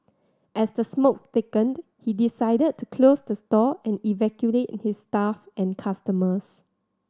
as the smoke thickened he decided to close the store and evacuate his staff and customers